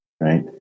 right